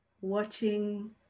watching